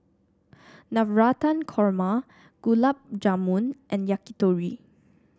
Navratan Korma Gulab Jamun and Yakitori